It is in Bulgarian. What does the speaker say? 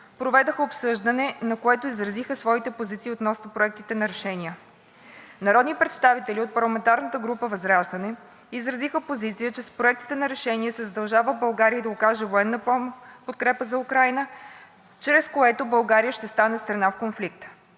проведоха обсъждане, на което изразиха своите позиции относно проектите на решения. Народни представители от парламентарна група ВЪЗРАЖДАНЕ изразиха позиция, че с проектите на решение се задължава България да окаже военна подкрепа на Украйна, чрез което България ще стане страна в конфликта.